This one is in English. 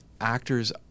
actors